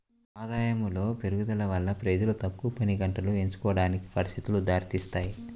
ఆదాయములో పెరుగుదల వల్ల ప్రజలు తక్కువ పనిగంటలు ఎంచుకోవడానికి పరిస్థితులు దారితీస్తాయి